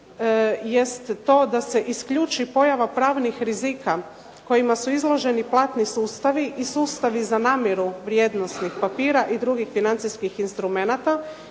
jest to da se isključi pojava pravnih rizika kojima su izloženi platni sustavi i sustavi za namiru vrijednosnih papira i drugih financijskih instrumenata.